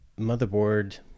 motherboard